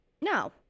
no